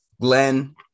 Glenn